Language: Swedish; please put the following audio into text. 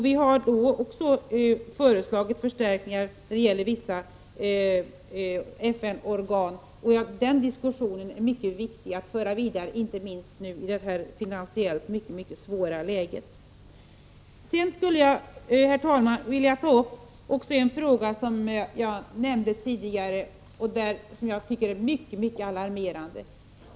Vi har också föreslagit förstärkningar när det gäller vissa FN-organ. Den diskussionen är mycket viktig att föra vidare, inte minst i dagens finansiellt mycket svåra läge. Herr talman! Jag skulle också vilja ta upp en fråga som jag nämnde tidigare och som jag tycker är mycket alarmerande.